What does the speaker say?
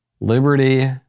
liberty